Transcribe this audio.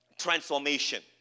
Transformation